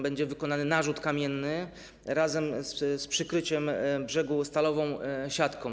Będzie tam wykonany narzut kamienny razem z przykryciem brzegu stalową siatką.